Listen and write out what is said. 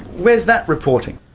where is that reporting?